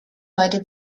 heute